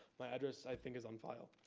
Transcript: my address i think is on file.